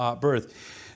birth